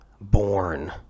born